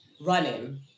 running